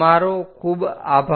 તમારો ખૂબ આભાર